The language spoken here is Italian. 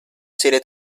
serie